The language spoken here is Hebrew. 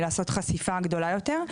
לעשות חשיפה גדולה יותר.